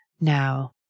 Now